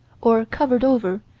or covered over,